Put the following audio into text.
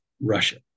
Russia